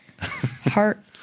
heart